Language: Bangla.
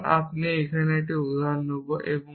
সুতরাং আমি আপনাকে একটি উদাহরণ দেব